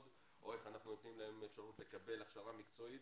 או איך אנחנו נותנים להם אפשרות לקבל הכשרה מקצועית,